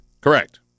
Correct